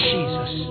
Jesus